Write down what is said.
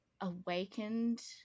awakened